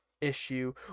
issue